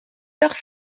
dag